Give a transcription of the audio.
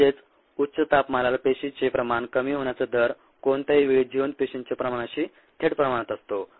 म्हणजेच उच्च तापमानात पेशीचे प्रमाण कमी होण्याचा दर कोणत्याही वेळी जिवंत पेशींच्या प्रमाणाशी थेट प्रमाणात असतो